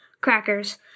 Crackers